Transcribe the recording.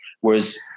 Whereas